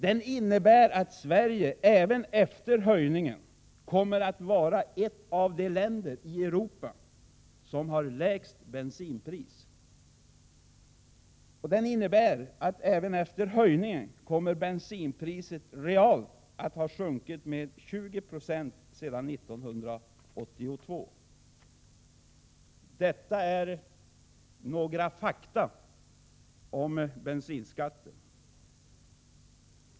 — Den innebär att Sverige även efter höjningen kommer att vara ett av de länder i Europa som har lägst bensinpris. —- Den innebär att bensinpriset även efter höjningen realt kommer att ha sjunkit med 20 90 sedan 1982. Detta är några fakta om bensinskatten.